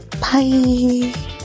Bye